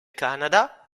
canada